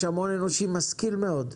יש שם הון אנושי משכיל מאוד.